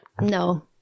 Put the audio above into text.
No